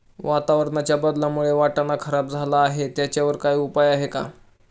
वातावरणाच्या बदलामुळे वाटाणा खराब झाला आहे त्याच्यावर काय उपाय आहे का?